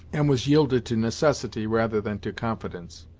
and was yielded to necessity rather than to confidence.